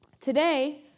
today